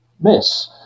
miss